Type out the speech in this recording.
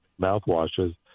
mouthwashes